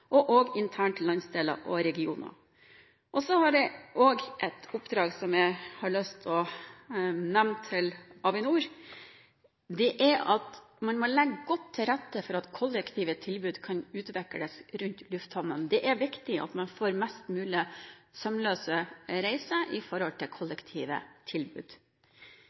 versa, også internt i landsdeler og regioner. Jeg har også et oppdrag som jeg har lyst til å nevne for Avinor. Det er at man må legge godt til rette for at kollektivtilbudet kan utvikles rundt lufthavnene. Det er viktig at man med hensyn til kollektivtilbudet får mest mulig sømløse reiser. I